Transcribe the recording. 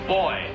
boy